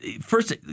First